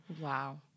Wow